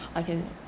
I can